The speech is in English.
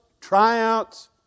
tryouts